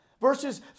Verses